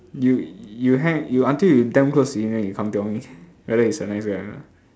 you you hang until you damn close to him then you come tell me whether he's a nice guy or not